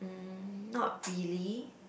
mm not really